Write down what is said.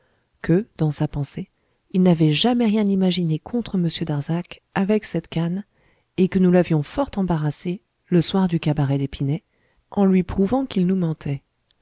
que dans sa pensée il n'avait jamais rien imaginé contre m darzac avec cette canne et que nous l'avions fort embarrassé le soir du cabaret d'épinay en lui prouvant qu'il nous mentait